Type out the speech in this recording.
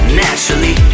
naturally